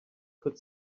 could